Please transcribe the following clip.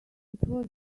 was